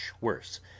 worse